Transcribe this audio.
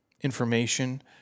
information